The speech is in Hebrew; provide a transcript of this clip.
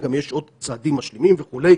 גם יש עוד צעדים משלימים וכו'.